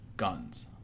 guns